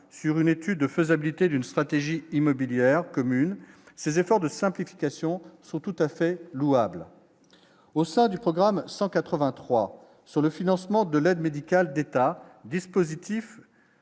sur une étude de faisabilité d'une stratégie immobilière commune ces efforts de simples. Question sont tout à fait louable au sein du programme 183 sur le financement de l'aide. Médicale d'État, dispositif,